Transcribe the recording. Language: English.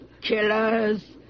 Killers